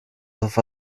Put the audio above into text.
auf